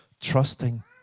trusting